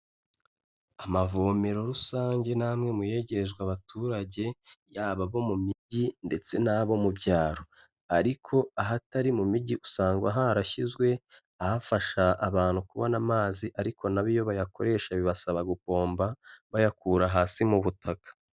Amavomero rusange ni amwe mu yegerejwe abaturage, yaba abo mu mijyi ndetse n'abo mu byaro. Ariko ahatari mu mijyi usanga harashyizwe afasha abantu kubona amazi ariko na bo iyo bayakoresha bibasaba gupomba bayakura hasi mu butaka.